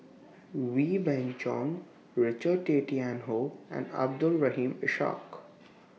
Wee Beng Chong Richard Tay Tian Hoe and Abdul Rahim Ishak